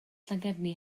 llangefni